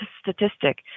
statistic